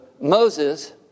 Moses